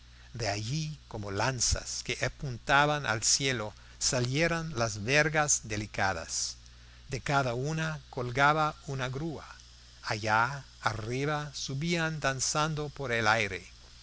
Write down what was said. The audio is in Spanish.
de allí como lanzas que apuntaban al cielo salieron las vergas delicadas de cada una colgaba una grúa allá arriba subían danzando por el aire